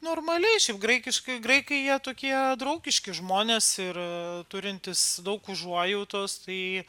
normaliai šiaip graikiškai graikai jie tokie draugiški žmonės ir turintys daug užuojautos tai